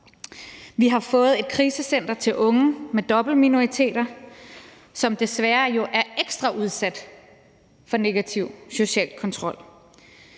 Vi har fået et krisecenter til unge med dobbeltminoritetsbaggrund, som jo desværre er ekstra udsat for negativ social kontrol.